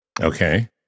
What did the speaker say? Okay